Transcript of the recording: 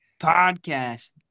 podcast